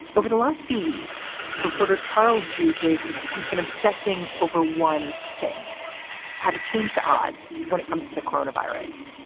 over the last few weeks, reporter charles du hig has been obsessing over one thing how to change the odds when it comes to the corona virus.